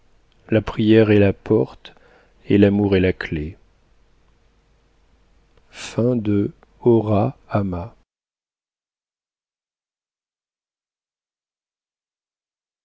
la prière est la porte et l'amour est la clé